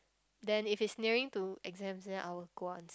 then if it's nearing to exams then I'll go out and